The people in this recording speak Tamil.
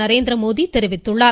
நரேந்திரமோடி தெரிவித்துள்ளார்